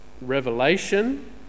revelation